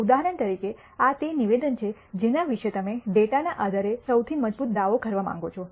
ઉદાહરણ તરીકે આ તે નિવેદન છે જેના વિશે તમે ડેટાના આધારે સૌથી મજબૂત દાવો કરવા માંગો છો